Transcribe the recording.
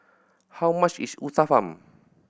how much is Uthapam